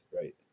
right